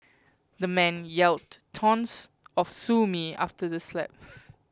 the man yelled taunts of sue me after the slap